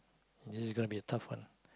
this is gonna be a tough one